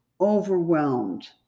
overwhelmed